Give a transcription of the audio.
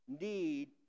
need